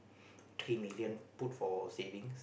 three million put for savings